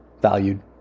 valued